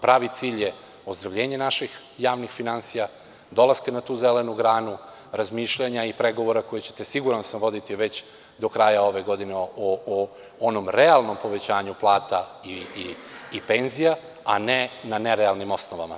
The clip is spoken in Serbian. Pravi cilj je ozdravljenje naših javnih finansija, dolaska na tu zelenu granu, razmišljanja i pregovora koje ćete, siguran sam voditi već do kraja ove godine o onom realnom povećanju plata i penzija, a ne na nerealnim osnovama.